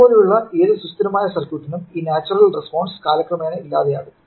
ഇത് പോലുള്ള ഏത് സുസ്ഥിരമായ സർക്യൂട്ടിനും ഈ നാച്ചുറൽ റെസ്പോൺസ് കാലക്രമേണ ഇല്ലാതാവും